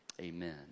Amen